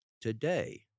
Today